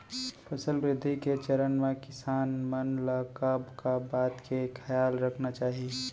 फसल वृद्धि के चरण म किसान मन ला का का बात के खयाल रखना चाही?